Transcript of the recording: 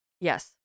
Yes